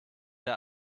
der